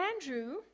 Andrew